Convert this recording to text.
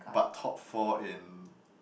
but top four in